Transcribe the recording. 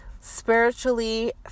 spiritually